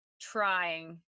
trying